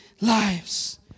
lives